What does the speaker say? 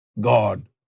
God